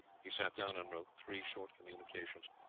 he sat down and wrote three short communications.